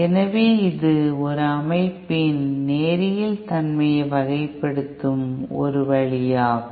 எனவே இது ஒரு அமைப்பின் நேரியல் தன்மையை வகைப்படுத்தும் ஒரு வழியாகும்